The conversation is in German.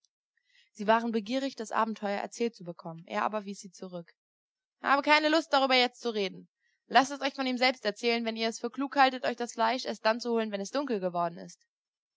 sie waren begierig das abenteuer erzählt zu bekommen er aber wies sie zurück habe keine lust darüber jetzt zu reden laßt es euch von ihm selbst erzählen wenn ihr es für klug haltet euch das fleisch erst dann zu holen wenn es dunkel geworden ist